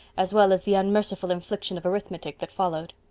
as well as the unmerciful infliction of arithmetic that followed.